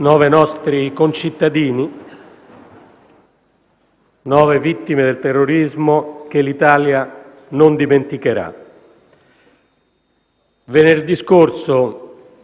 Nove nostri concittadini, nove vittime del terrorismo, che l'Italia non dimenticherà. Venerdì scorso,